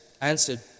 answered